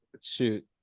shoot